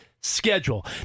schedule